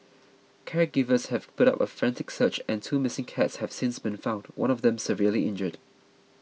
caregivers have put up a frantic search and two missing cats have since been found one of them severely injured